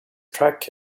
track